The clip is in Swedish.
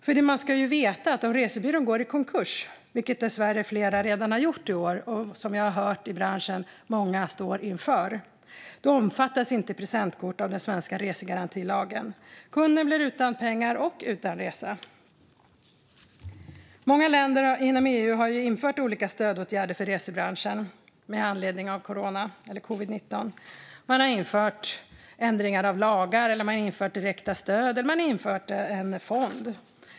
Vi ska veta att om resebyrån går i konkurs, vilket flera dessvärre redan har gjort i år och vilket många står inför enligt vad jag har hört från branschen, omfattas inte presentkort av den svenska resegarantilagen. Kunden blir utan pengar och utan resa. Många länder inom EU har infört olika stödåtgärder för resebranschen med anledning av covid-19. Man har ändrat lagar, infört direkta stöd eller en fond.